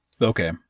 Okay